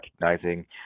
recognizing